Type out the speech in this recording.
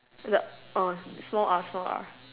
the uh small R small R